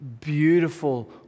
beautiful